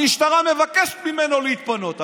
המשטרה מבקשת ממנו להתפנות.